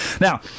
Now